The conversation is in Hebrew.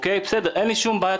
אין לי שום בעיה,